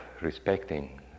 respecting